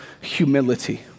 humility